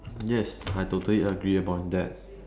yes I totally agree upon that